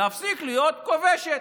להפסיק להיות כובשת.